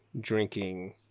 drinking